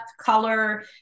color